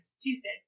Tuesday